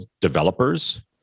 developers